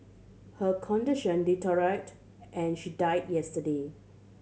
her condition deteriorated and she died yesterday